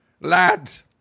lads